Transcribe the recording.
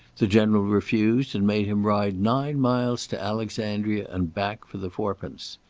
the general refused and made him ride nine miles to alexandria and back for the fourpence.